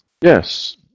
Yes